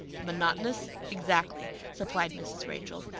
monotonous? exactly, supplied mrs. rachel.